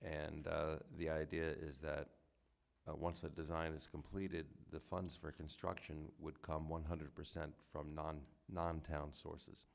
and the idea is that once the design is completed the funds for construction would come one hundred percent from non non town sources